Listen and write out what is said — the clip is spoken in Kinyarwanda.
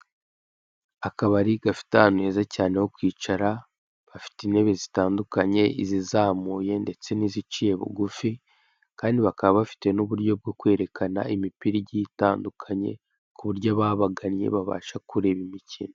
Akabari gafite ahantu heza cyane ho kwicara bafite intebe zitandukanye izizamuye ndetse n'iziciye bugufi kandi bakaba bafite n'uburyo bwo kwerekana imipira igiye itandukanye ku buryo ababagannye babasha kureba imikino.